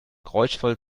geräuschvoll